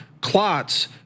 clots